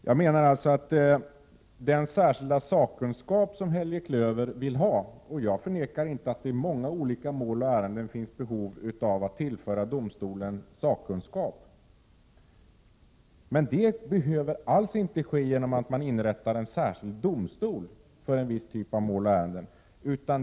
Jag menar att den särskilda sakkunskap som Helge Klöver vill ha — och jag förnekar inte att det i många olika avseenden finns behov av att tillföra domstolen sakkunskap — inte behöver föranleda inrättande av en särskild domstol för en viss typ av ärenden.